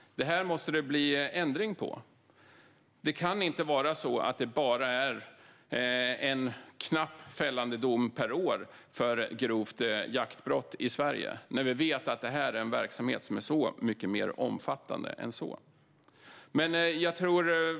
Det här måste det bli ändring på. Det kan inte vara så att vi bara har knappt en fällande dom per år för grovt jaktbrott i Sverige när vi vet att detta är en verksamhet som är mycket mer omfattande än så.